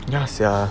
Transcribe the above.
ya sia